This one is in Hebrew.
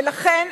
ולכן,